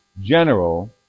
general